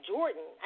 Jordan